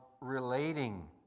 relating